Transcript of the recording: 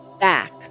back